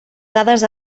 dades